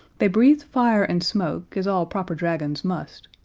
they breathed fire and smoke, as all proper dragons must,